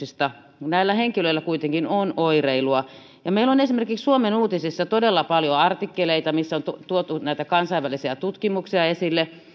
subjektiivisista kokemuksista näillä henkilöillä kuitenkin on oireilua ja meillä on esimerkiksi suomen uutisissa todella paljon artikkeleita missä on tuotu näitä kansainvälisiä tutkimuksia esille